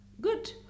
good